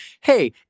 hey